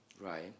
right